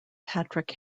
patrick